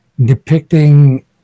depicting